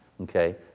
Okay